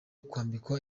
kwambikwa